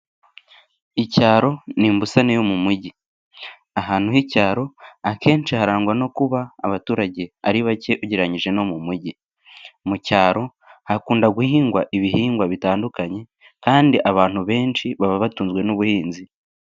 Icyaro ni imbusane yo mu mujyi. Ahantu h'icyaro akenshi harangwa no kuba abaturage ari bake ugereranyije no mu mujyi. Mu cyaro hakunda guhingwa ibihingwa bitandukanye kandi abantu benshi baba batunzwe n'ubuhinzi.